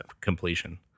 completion